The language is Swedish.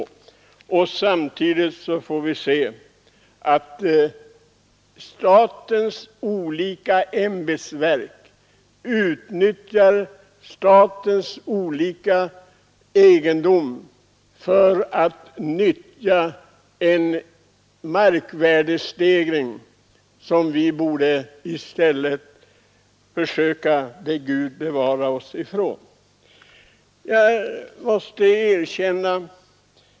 Och statens olika ämbetsverk utnyttjar statens egendomar för att tillgodogöra sig en markvärdestegring som vi i stället borde be Gud bevara oss ifrån.